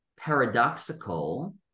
paradoxical